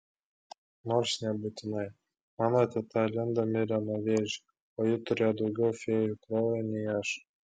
nors nebūtinai mano teta linda mirė nuo vėžio o ji turėjo daugiau fėjų kraujo nei aš